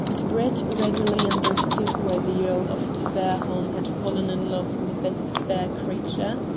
brett readily understood why the earl of fairholme had fallen in love with this fair creature.